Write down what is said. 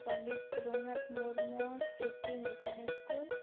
Pandit Raghunath Murmu Smriti mission school